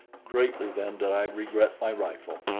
greatly then did i regret my rifle.